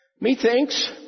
Methinks